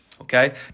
okay